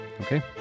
Okay